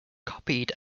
copied